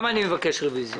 גם אני מבקש רוויזיה.